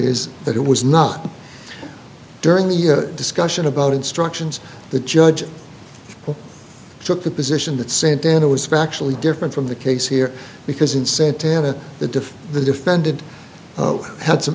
is that it was not during the discussion about instructions the judge took the position that santana was actually different from the case here because in santa anna the diff the defendant had some